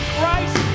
Christ